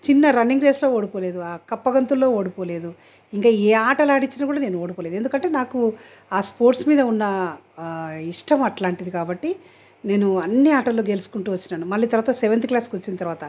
చిన్న రన్నింగ్ రేస్లో ఓడిపోలేదు ఆ కప్పగంతుల్లో ఓడిపోలేదు ఇంకా ఏ ఆటలు ఆడించినా కూడా నేను ఓడిపోలేదు ఎందుకంటే నాకు ఆ స్పోర్ట్స్ మీద ఉన్న ఇష్టం అలాంటిది కాబట్టి నేను అన్ని ఆటల్లో గెలుచుకుంటూ వచ్చాను మళ్ళీ తరువాత సెవెంత్ క్లాస్కి వచ్చిన తరువాత